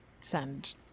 send